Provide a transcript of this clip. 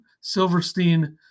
Silverstein